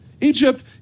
Egypt